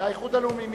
האיחוד הלאומי,